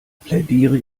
plädiere